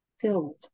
filled